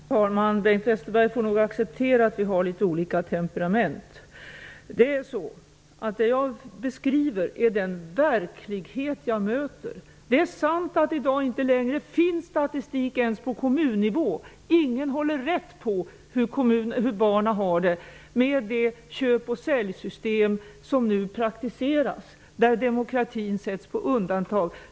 Fru talman! Bengt Westerberg får nog acceptera att vi har litet olika temperament. Det jag beskriver är den verklighet jag möter. Det är sant att det i dag inte längre finns statistik ens på kommunnivå. Ingen håller reda på hur barnen har det, med det köp och säljsystem som nu praktiseras, där demokratin sätts på undantag.